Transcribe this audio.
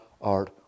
art